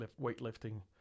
weightlifting